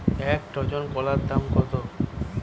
এক ডজন কলার দাম কত?